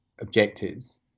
objectives